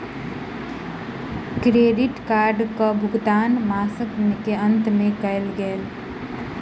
credit कार्डक भुगतान मासक अंत में कयल गेल